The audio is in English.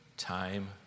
time